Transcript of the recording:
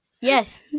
Yes